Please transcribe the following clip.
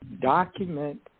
document